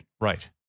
Right